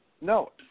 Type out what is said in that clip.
No